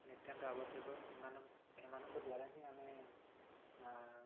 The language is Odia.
ନିତ୍ୟାନ୍ତ ଆବଶ୍ୟକ ଏମାନ ଏମାନଙ୍କ ଦ୍ୱାରା ହିଁ ଆମେ